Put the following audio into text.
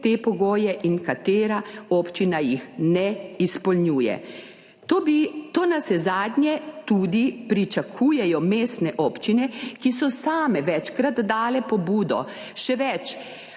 te pogoje in katera občina jih ne izpolnjuje. To navsezadnje pričakujejo mestne občine, ki so same večkrat dale pobudo, še več,